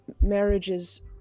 marriages